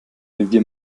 revier